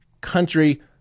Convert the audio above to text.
country